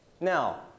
Now